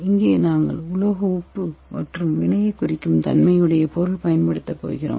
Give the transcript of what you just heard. இங்கே நாங்கள் உலோக உப்பு மற்றும் வினையை குறைக்கும் தன்மையையுடைய பொருளை பயன்படுத்தப் போகிறோம்